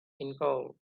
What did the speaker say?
involved